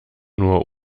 nur